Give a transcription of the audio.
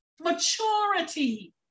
maturity